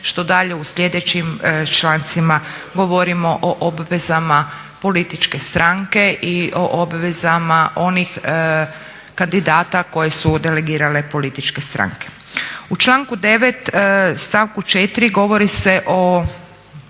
što dalje u sljedećim člancima govorimo o obvezama političke stranke i o obvezama onih kandidata koje su delegirale političke stranke. U članku 9. stavku 4. govori se o